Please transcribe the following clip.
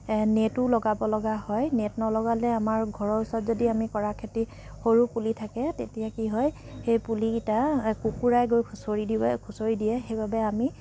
নেটো লগাব লগা হয় নেট নলগালে আমাৰ ঘৰৰ ওচৰত যদি আমি কৰা খেতি সৰু পুলি থাকে তেতিয়া কি হয় সেই পুলি কেইটা কুকুৰাই গৈ খুচৰি দিব খুচৰি দিয়ে সেইবাবে আমি